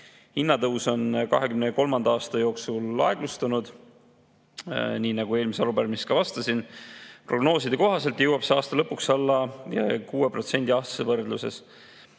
Hinnatõus on 2023. aasta jooksul aeglustunud. Nii nagu ma eelmises arupärimises vastasin, prognooside kohaselt jõuab see aasta lõpuks aastavõrdluses